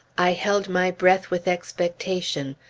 i held my breath with expectation.